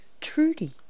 Trudy